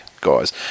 guys